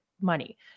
money